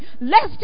lest